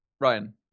Ryan